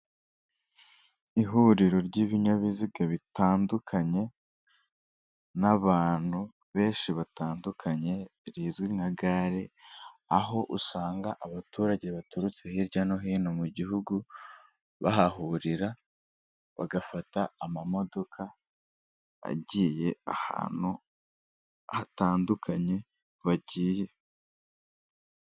Ihuriro ry'ibinyabiziga bitandukanye n'abantu benshi batandukanye rizwi nka gare, aho usanga abaturage baturutse hirya no hino mu gihugu, bahahurira bagafata amamodoka agiye ahantu hatandukanye bagiye.